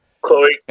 Chloe